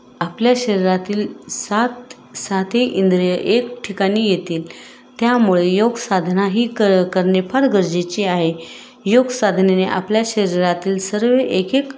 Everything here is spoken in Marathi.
आपल्या शरीरातील सात सातही इंद्रियं एक ठिकाणी येतील त्यामुळे योगसाधना ही क करणे फार गरजेची आहे योगसाधनेने आपल्या शरीरातील सर्व एक एक